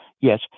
Yes